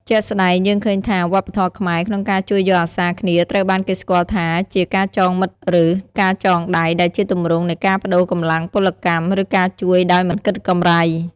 ជាក់ស្តែងយើងឃើញថា វប្បធម៌ខ្មែរក្នុងការជួយយកអាសារគ្នាត្រូវបានគេស្គាល់ថាជា ការចងមិត្តឬ ការចងដៃ ដែលជាទម្រង់នៃការប្តូរកម្លាំងពលកម្ម ឬការជួយដោយមិនគិតកម្រៃ។